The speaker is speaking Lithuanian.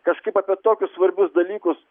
kažkaip apie tokius svarbius dalykus